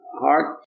heart